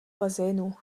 bazénů